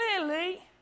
clearly